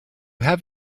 have